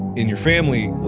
in your family,